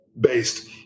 based